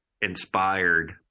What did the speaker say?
inspired